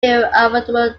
vaudreuil